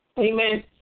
Amen